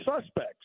suspects